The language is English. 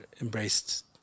embraced